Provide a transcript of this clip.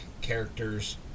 characters